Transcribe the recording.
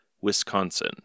Wisconsin